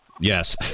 yes